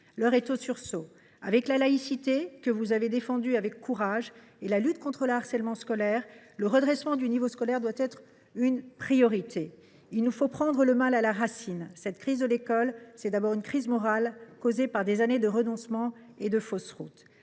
est au sursaut. Avec la laïcité, que vous avez défendue avec courage, et la lutte contre le harcèlement scolaire, le redressement du niveau doit être une priorité. Il nous faut prendre le mal à la racine : la crise de l’école est d’abord une crise morale causée par des années de renoncements et de fausse route.